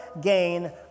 gain